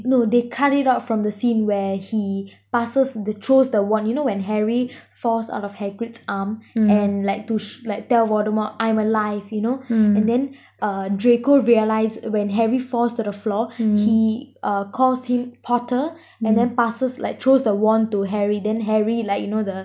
it no they cut it out from the scene where he passes throws the wand you know where harry falls out of hagrid's arm and like to sh~ like tell voldemort I'm alive you know and then uh draco realise when harry falls to the floor he uh calls him potter and then passes like throws the wand to harry then harry like you know the